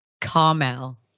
Carmel